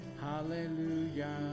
Hallelujah